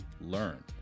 learn